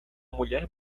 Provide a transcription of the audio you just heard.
mulher